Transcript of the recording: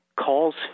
calls